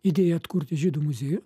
idėja atkurti žydų muziejų